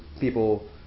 people